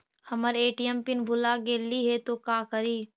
हमर ATM PIN भूला गेली हे, तो का करि?